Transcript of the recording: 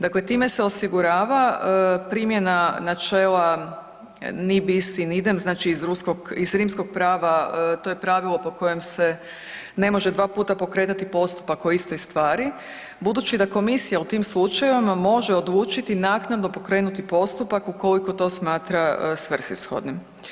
Dakle, time se osigurava primjena načela „nibis in idem“ znači iz rimskog prava, to je pravilo po kojem se ne može dva puta pokretati postupak o istoj stvari budući da komisija u tim slučajevima može odlučiti naknadno pokrenuti postupak ukoliko to smatra svrsishodnim.